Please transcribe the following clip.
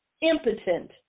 impotent